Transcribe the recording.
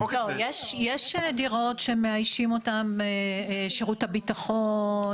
לא, יש דירות שמאיישים אותן שירות הבטחון.